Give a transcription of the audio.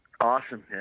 Awesome